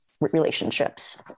relationships